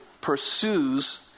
pursues